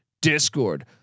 Discord